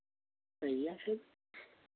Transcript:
भैया से